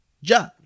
Ja